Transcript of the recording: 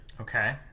okay